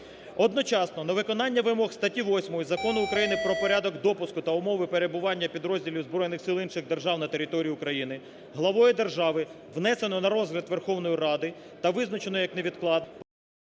Одночасно на виконання вимог статті 8 Закону України "Про порядок допуску та умови перебування підрозділів збройних сил інших держав на території України" главою держави внесено на розгляд Верховної Ради та визначено як невідкладний